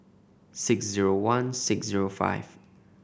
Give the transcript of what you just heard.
six zero one six zero five